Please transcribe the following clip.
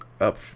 up